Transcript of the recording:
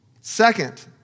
Second